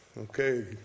Okay